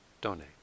donate